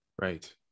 right